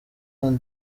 cote